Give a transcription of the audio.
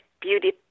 beauty